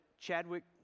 Chadwick